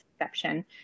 exception